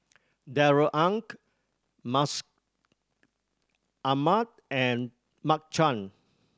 Darrell Ang Mustaq Ahmad and Mark Chan